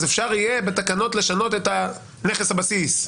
אז אפשר יהיה בתקנות לשנות את נכס הבסיס,